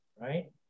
right